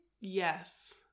yes